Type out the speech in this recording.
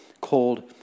called